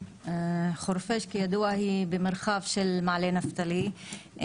חורפיש כידוע היא במרחב של מעלה נפתלי.